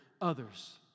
others